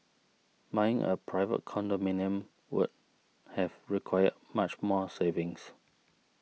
buying a private condominium would have required much more savings